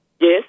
Yes